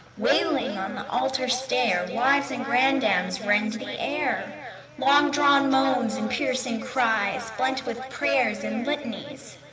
wailing on the altar stair wives and grandams rend the air long-drawn moans and piercing cries blent with prayers and litanies.